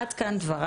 עד כאן ההסבר.